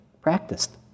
practiced